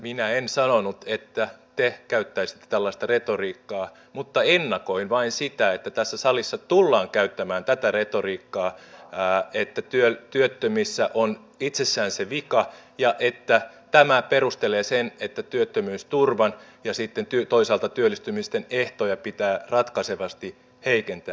minä en sanonut että te käyttäisitte tällaista retoriikkaa mutta ennakoin vain sitä että tässä salissa tullaan käyttämään tätä retoriikkaa että työttömissä on itsessään se vika ja että tämä perustelee sen että työttömyysturvan ja sitten toisaalta työllistymisten ehtoja pitää ratkaisevasti heikentää